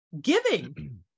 giving